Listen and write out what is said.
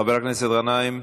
חבר הכנסת גנאים,